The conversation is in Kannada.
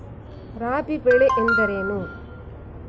ರಾಬಿ ಬೆಳೆ ಎಂದರೇನು?